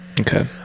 okay